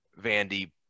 Vandy